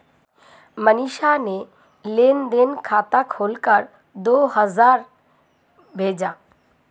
मनीषा ने लेन देन खाता खोलकर दो हजार भेजा